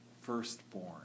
firstborn